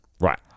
right